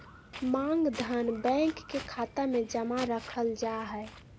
मांग धन, बैंक के खाता मे जमा रखल जा हय